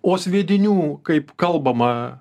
o sviedinių kaip kalbama